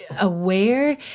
aware